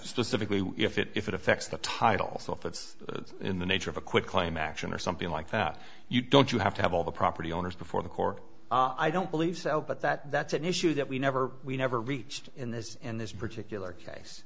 specifically if it if it affects the titles office in the nature of a quick claim action or something like that you don't you have to have all the property owners before the court i don't believe so but that that's an issue that we never we never reached in this in this particular case